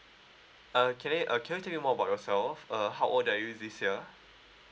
uh can you uh can you tell me more about yourself uh how old are you this year